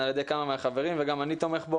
על ידי כמה מהחברים וגם אני תומך בו